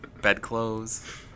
bedclothes